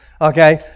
okay